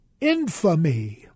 infamy